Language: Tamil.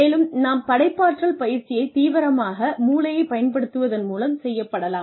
மேலும் நாம் படைப்பாற்றல் பயிற்சியைத் தீவிரமாக மூளையைப் பயன்படுத்துவதன் மூலம் செய்யப்படலாம்